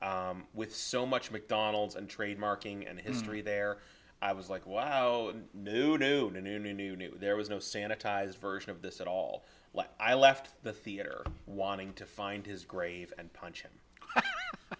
be with so much mcdonalds and trademarking and history there i was like wow new new new new new new there was no sanitized version of this at all i left the theater wanting to find his grave and punch him